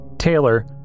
Taylor